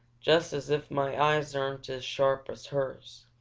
just as if my eyes aren't as sharp as hers!